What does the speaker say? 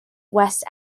west